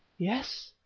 yes,